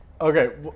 Okay